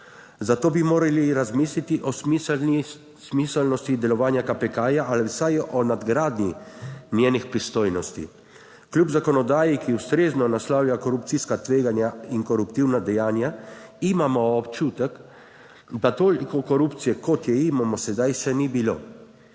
zato bi morali razmisliti o smiselnosti delovanja KPK ali vsaj o nadgradnji njenih pristojnosti. Kljub zakonodaji, ki ustrezno naslavlja korupcijska tveganja in koruptivna dejanja, imamo občutek, da toliko korupcije, kot jo imamo sedaj, še ni bilo.